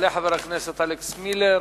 יעלה חבר הכנסת אלכס מילר.